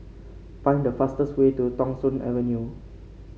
find the fastest way to Thong Soon Avenue